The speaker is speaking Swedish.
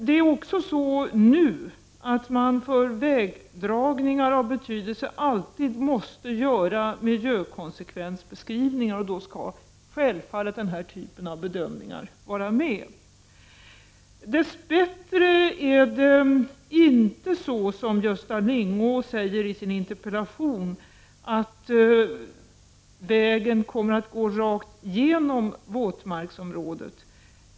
Det är också så nu att man för vägdragningar av betydelse alltid måste göra miljökonsekvensbeskrivningar, och då skall självfallet den här typen av bedömningar vara med. Dess bättre är det inte så, som Gösta Lyngå påstod i sin interpellation, att vägen kommer att gå rakt igenom våtmarksområdet.